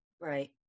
Right